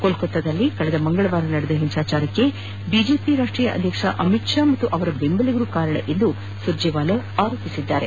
ಕೊಲ್ಕತಾದಲ್ಲಿ ಕಳೆದ ಮಂಗಳವಾರ ನಡೆದ ಹಿಂಸಾಚಾರಕ್ಕೆ ಬಿಜೆಪಿ ರಾಷ್ಟೀಯ ಅಧ್ಯಕ್ಷ ಅಮಿತ್ ಶಾ ಹಾಗೂ ಅವರ ಬೆಂಬಲಿಗರು ಕಾರಣ ಎಂದು ಅವರು ಆರೋಪಿಸಿದರು